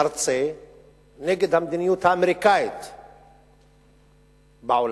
מרצה נגד המדיניות האמריקנית בעולם,